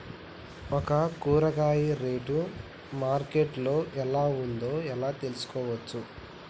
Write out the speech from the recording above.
ఒక కూరగాయ rate market లో ఎలా ఉందో ఎలా తెలుసుకోవచ్చు?